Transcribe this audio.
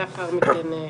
בבקשה.